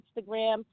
Instagram